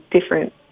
different